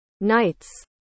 nights